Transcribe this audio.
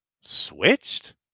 Switched